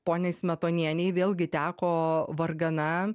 poniai smetonienei vėlgi teko vargana